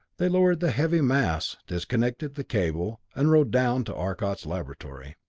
they lowered the heavy mass, disconnected the cable, and rode down to arcot's laboratory.